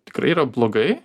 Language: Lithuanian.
tikrai yra blogai